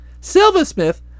Silversmith